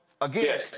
again